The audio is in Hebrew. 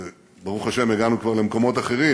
וברוך השם, הגענו כבר למקומות אחרים,